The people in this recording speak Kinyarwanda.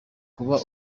kuba